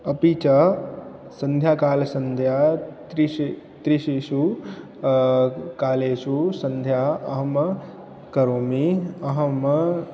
अपि च सन्ध्याकालः सन्ध्या त्रिशि त्रिषु कालेषु सन्ध्या अहं करोमि अहं